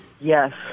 Yes